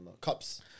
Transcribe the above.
cups